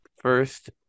first